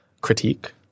critique